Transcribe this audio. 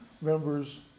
members